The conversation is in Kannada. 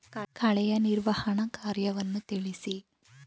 ಕಳೆಯ ನಿರ್ವಹಣಾ ಕಾರ್ಯವನ್ನು ತಿಳಿಸಿ?